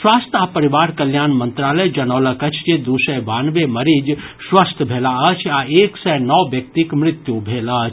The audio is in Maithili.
स्वास्थ्य आ परिवार कल्याण मंत्रालय जनौलक अछि जे दू सय बानवे मरीज स्वस्थ्य भेलाह अछि आ एक सय नओ व्यक्तिक मृत्यु भेल अछि